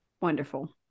wonderful